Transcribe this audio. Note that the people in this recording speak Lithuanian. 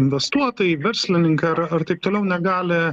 investuotojai verslininka ar ar taip toliau negali